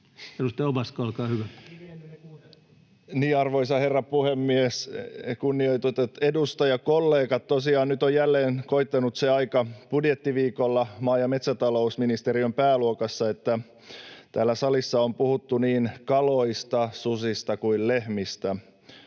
Time: 18:51 Content: Arvoisa herra puhemies! Kunnioitetut edustajakollegat! Tosiaan nyt on jälleen koittanut se aika budjettiviikolla maa- ja metsätalousministeriön pääluokassa. Täällä salissa on puhuttu niin kaloista, susista kuin lehmistä,